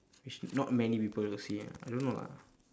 which not many people will see ah I don't know lah